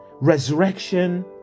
resurrection